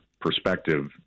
perspective